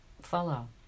follow